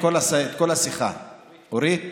שומעים, השרה אורית פרקש,